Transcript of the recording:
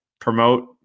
promote